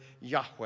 Yahweh